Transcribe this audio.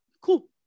cool